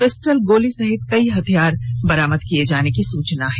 pistol गोली सहित कई हथियार बरामद किये जाने की सूचना हैं